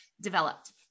developed